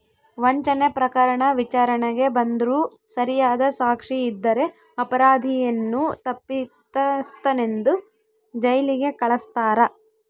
ವಂಚನೆ ಪ್ರಕರಣ ವಿಚಾರಣೆಗೆ ಬಂದ್ರೂ ಸರಿಯಾದ ಸಾಕ್ಷಿ ಇದ್ದರೆ ಅಪರಾಧಿಯನ್ನು ತಪ್ಪಿತಸ್ಥನೆಂದು ಜೈಲಿಗೆ ಕಳಸ್ತಾರ